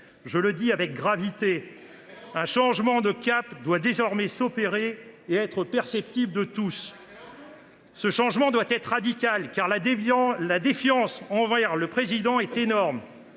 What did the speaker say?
Je le dis avec gravité : un changement de cap doit désormais s’opérer et être perceptible par tous. Avec Mélenchon ? Ce changement doit être radical, car la défiance envers le Président est énorme.